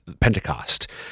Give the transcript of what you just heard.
Pentecost